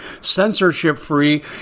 censorship-free